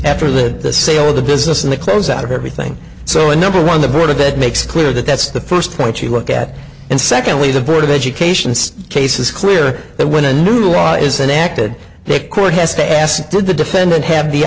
after the sale of the business and the close out of everything so a number one the board of it makes clear that that's the first point you look at and secondly the board of education case is clear that when a new law is enacted that court has to ask did the defendant have the